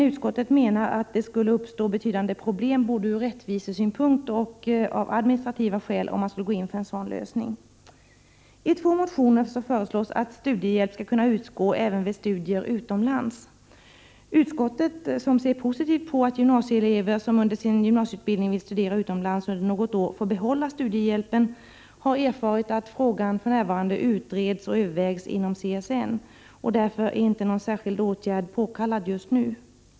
Utskottet menar dock att det skulle uppstå betydande problem både ur rättvisesynpunkter och av administrativa skäl om man skulle gå in för en sådan lösning. I två motioner föreslås att studiehjälp skall kunna utgå även vid studier utomlands. Utskottet, som ser positivt på att gymnasieelever som under sin gymnasieutbildning vill studera utomlands under något år, får behålla studiehjälpen, har erfarit att frågan för närvarande utreds och övervägs inom CSN. Därför är inte någon särskild åtgärd påkallad just nu.